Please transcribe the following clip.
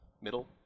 middle